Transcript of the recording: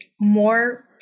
more